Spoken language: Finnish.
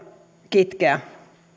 kitkeä